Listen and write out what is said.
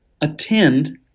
Attend